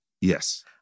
Yes